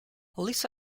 lisa